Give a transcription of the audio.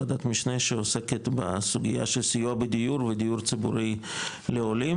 וועדת משנה שעוסקת בסוגייה של סיוע בדיור ודיור ציבורי לעולים